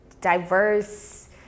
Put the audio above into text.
diverse